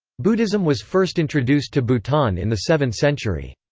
buddhism was first introduced to bhutan in the seventh century.